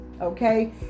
Okay